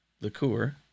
liqueur